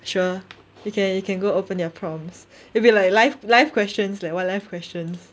sure you can you can go open their prompts it'll be like life life questions leh !wah! life questions